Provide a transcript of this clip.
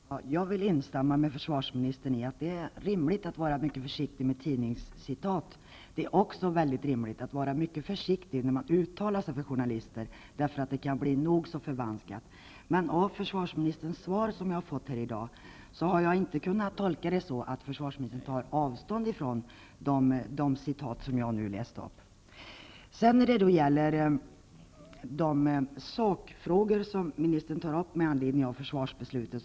Fru talman! Jag vill instämma med försvarsministern i att det är rimligt att vara mycket försiktig med tidningscitat. Det är också rimligt att vara mycket försiktig när man uttalar sig för journalister, eftersom det sagda kan bli nog så förvanskat. Av försvarsmininsterns svar här i dag har jag inte kunnat göra den tolkningen att försvarsministern tar avstånd från de citat som jag nu läst upp. Försvarsministern tar upp olika sakfrågor med anledning av försvarsbeslutet.